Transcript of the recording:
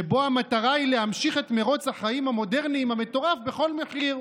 שבו המטרה היא להמשיך את מרוץ החיים המודרניים המטורף בכל מחיר,